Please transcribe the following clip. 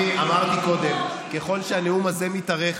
שיהיה לי עוד כוח להמשך.